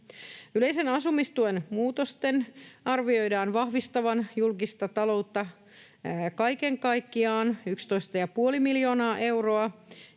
Yleisen asumistuen muutosten arvioidaan vahvistavan julkista taloutta kaiken kaikkiaan 11,5 miljoonaa euroa